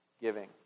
Giving